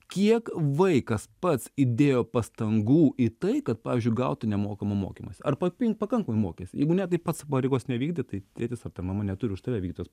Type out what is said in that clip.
kiek vaikas pats įdėjo pastangų į tai kad pavyzdžiui gauti nemokamą mokymąsi ar papi pakankamai mokėsi jeigu ne tai pats pareigos nevykdė tai tėtis ar tai mama neturiu už tave vykdyt tos